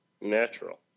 Natural